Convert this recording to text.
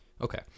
Okay